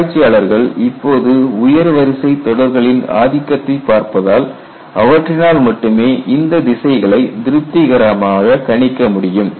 ஆராய்ச்சியாளர்கள் இப்போது உயர் வரிசை தொடர்களின் ஆதிக்கத்தை பார்ப்பதால் அவற்றினால் மட்டுமே இந்த திசைகளை திருப்திகரமாக கணிக்க முடியும்